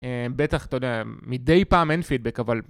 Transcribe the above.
בטח, אתה יודע, מדי פעם אין פידבק, אבל...